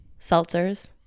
Seltzers